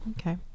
Okay